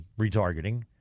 retargeting